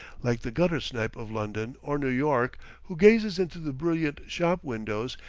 like the gutter-snipe of london or new york who gazes into the brilliant shop windows,